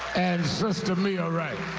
and sister mia wright.